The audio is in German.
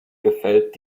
gefällt